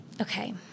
Okay